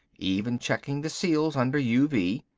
even checking the seals under uv.